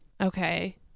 Okay